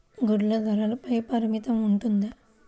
గుడ్లు ధరల పై పరిమితి ఉంటుందా?